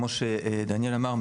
כמו שדניאל אמר,